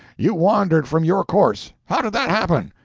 you wandered from your course. how did that happen?